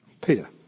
Peter